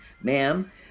ma'am